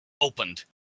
opened